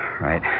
Right